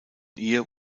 ihr